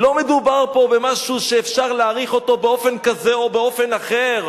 לא מדובר פה במשהו שאפשר להעריך אותו באופן כזה או באופן אחר.